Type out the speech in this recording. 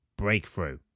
breakthrough